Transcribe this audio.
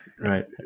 Right